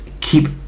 keep